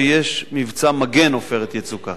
ויש מבצע מגן "עופרת יצוקה".